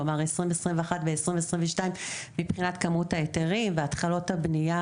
כלומר 2021 ו-2022 מבחינת כמות ההיתרים והתחלות הבנייה,